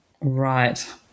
Right